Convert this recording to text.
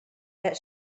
that